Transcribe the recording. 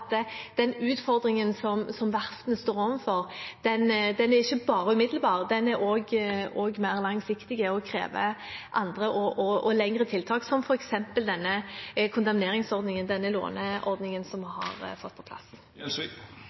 den utfordringen som verftene står overfor, ikke bare er umiddelbar – den er også mer langsiktig og krever andre og mer langsiktige tiltak, som f.eks. kondemneringsordningen, låneordningen, vi har fått på plass.